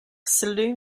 saloon